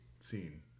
scene